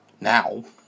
Now